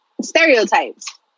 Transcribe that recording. Stereotypes